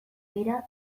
dira